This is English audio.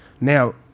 Now